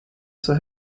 zur